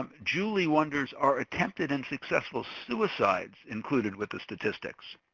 julie wonders are attempted and successful suicides included with the statistics?